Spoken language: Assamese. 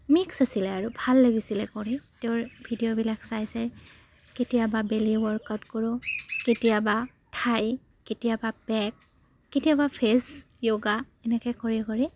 মিক্স আছিলে আৰু ভাল লাগিছিলে কৰি তেওঁৰ ভিডিঅ'বিলাক চাই চাই কেতিয়াবা বেলি ৱৰ্কআউট কৰোঁ কেতিয়াবা থাই কেতিয়াবা বেক কেতিয়াবা ফে'চ য়োগা এনেকৈ কৰি কৰি